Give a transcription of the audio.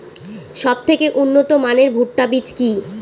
সবথেকে উন্নত মানের ভুট্টা বীজ কি?